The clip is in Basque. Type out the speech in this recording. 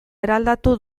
eraldatu